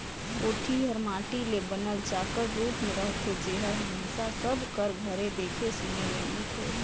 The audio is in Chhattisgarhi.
कोठी हर माटी ले बनल चाकर रूप मे रहथे जेहर हमेसा सब कर घरे देखे सुने ले मिलथे